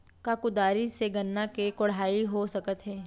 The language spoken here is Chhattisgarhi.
का कुदारी से गन्ना के कोड़ाई हो सकत हे?